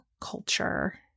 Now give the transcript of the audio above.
culture